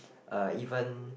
uh even